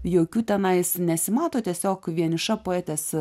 jokių tenais nesimato tiesiog vieniša poetės